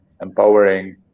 empowering